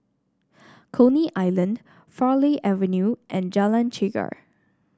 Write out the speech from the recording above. Coney Island Farleigh Avenue and Jalan Chegar